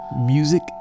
music